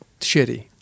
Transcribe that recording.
shitty